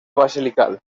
basilical